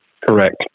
Correct